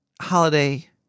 holiday